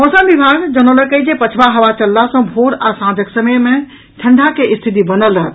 मौसम विभाग जनौलक अछि जे पछुआ हवा चलला सॅ भोर आ सांझक समय मे ठंडा के रिथिति बनल रहत